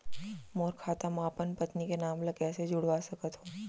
मोर खाता म अपन पत्नी के नाम ल कैसे जुड़वा सकत हो?